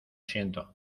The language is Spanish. siento